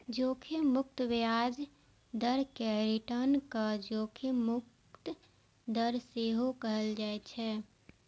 जोखिम मुक्त ब्याज दर कें रिटर्नक जोखिम मुक्त दर सेहो कहल जाइ छै